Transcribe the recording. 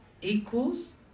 equals